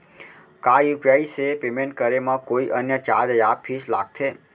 का यू.पी.आई से पेमेंट करे म कोई अन्य चार्ज या फीस लागथे?